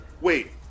Wait